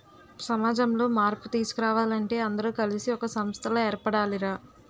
సమాజంలో మార్పు తీసుకురావాలంటే అందరూ కలిసి ఒక సంస్థలా ఏర్పడాలి రా